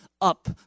up